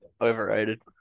overrated